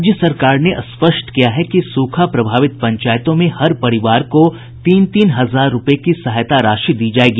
राज्य सरकार ने स्पष्ट किया है कि सूखा प्रभावित पंचायतों में हर परिवार को तीन तीन हजार रूपये की सहायता राशि दी जायेगी